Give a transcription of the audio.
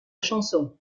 chanson